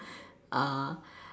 uh